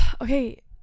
okay